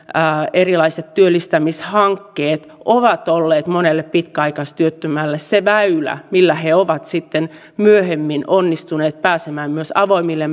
erilaiset työllistämishankkeet ovat olleet monelle pitkäaikaistyöttömälle se väylä millä he ovat sitten myöhemmin onnistuneet pääsemään myös avoimille